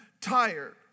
tired